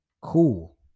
cool